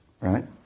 Right